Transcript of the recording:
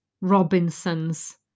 Robinsons